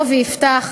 לעידו וליפתח,